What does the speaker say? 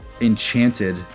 enchanted